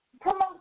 promote